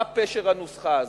מה פשר הנוסחה הזאת?